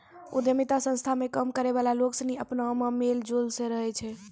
उद्यमिता संस्था मे काम करै वाला लोग सनी अपना मे मेल जोल से रहै छै